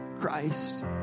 Christ